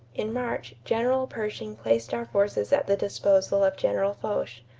in march, general pershing placed our forces at the disposal of general foch,